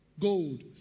gold